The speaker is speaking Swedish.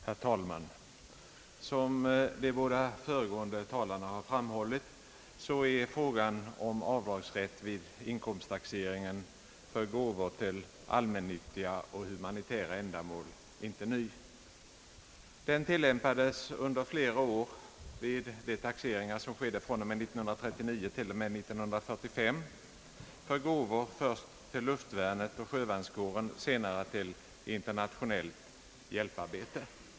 Herr talman! Som de båda föregående talarna har framhållit är frågan om rätt till avdrag vid inkomsttaxeringen för gåvor till allmännyttiga och humanitära ändamål inte ny. Vid taxeringar som skedde fr.o.m. 1939 t.o.m. 1943 tillämpades avdragsrätt för gåvor, först till luftvärnet och sjövärnskåren, senare till internationellt hjälparbete.